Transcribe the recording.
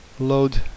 load